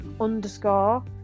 underscore